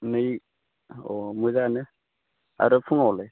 नै अ मोजाङानो आरो फुङावलाय